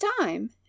time